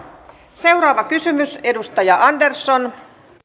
seuraava kysymys edustaja andersson